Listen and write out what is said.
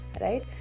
right